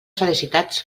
felicitats